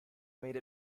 made